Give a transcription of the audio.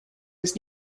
was